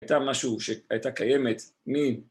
הייתה משהו שהייתה קיימת מין